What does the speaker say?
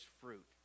fruit